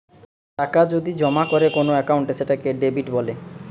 টাকা যদি জমা করে কোন একাউন্টে সেটাকে ডেবিট বলে